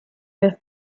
have